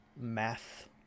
math